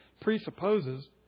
presupposes